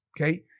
okay